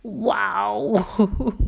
!wow!